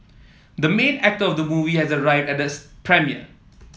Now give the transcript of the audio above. the main actor of the movie has arrived at the premiere